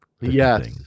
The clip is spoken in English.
yes